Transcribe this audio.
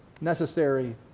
necessary